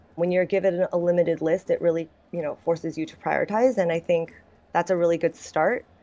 when you're given a limited list that really you know forces you to prioritize, and i think that's a really good start.